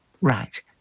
right